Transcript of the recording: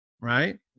right